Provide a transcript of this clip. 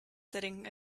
sitting